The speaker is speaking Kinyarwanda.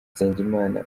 nsengimana